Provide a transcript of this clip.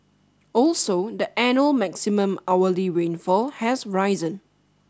also the annual maximum hourly rainfall has risen